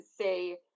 say